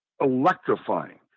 electrifying